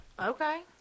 Okay